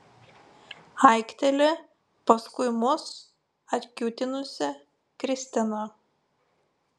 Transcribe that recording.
aikteli paskui mus atkiūtinusi kristina